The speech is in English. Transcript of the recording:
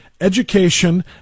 education